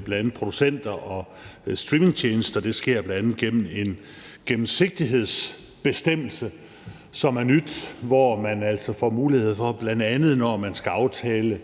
bl.a. producenter og streamingtjenester. Det sker bl.a. gennem en gennemsigtighedsbestemmelse, hvilket er nyt, hvor man altså får mulighed for, bl.a. når man skal aftale